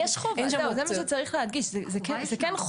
יש חובה, זה מה שצריך להדגיש, זה כן חובה.